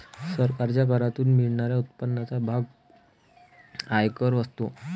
सरकारच्या करातून मिळणाऱ्या उत्पन्नाचा मोठा भाग आयकराचा असतो